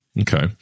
Okay